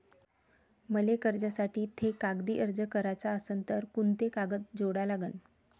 मले कर्जासाठी थे कागदी अर्ज कराचा असन तर कुंते कागद जोडा लागन?